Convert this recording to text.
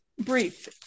brief